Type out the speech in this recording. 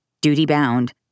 duty-bound